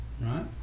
right